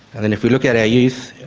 and and if we look at our youth,